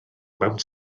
mewn